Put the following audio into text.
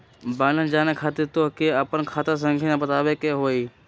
Balance जाने खातिर तोह के आपन खाता संख्या बतावे के होइ?